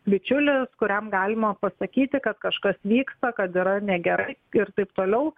bičiulis kuriam galima pasakyti kad kažkas vyksta kad yra negerai ir taip toliau